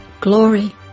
glory